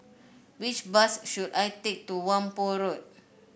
which bus should I take to Whampoa Road